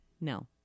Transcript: No